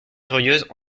furieuses